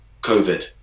covid